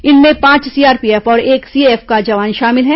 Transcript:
इनमें पांच सीआरपीएफ और एक सीएएफ का जवान शामिल हैं